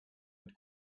mit